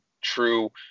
true